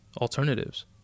alternatives